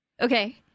Okay